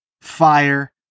Fire